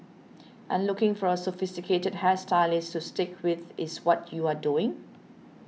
and looking for a sophisticated hair stylist to stick with is what you are doing